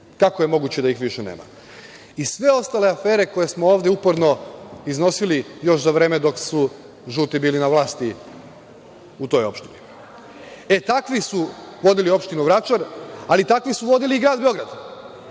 Kako je moguće da ih više nema? Sve ostale afere koje smo ovde uporno iznosili, još za vreme dok su „žuti“ bili na vlasti u toj opštini. Takvi su vodili opštinu Vračar, ali takvi su vodili i Grad Beograd,